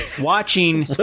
watching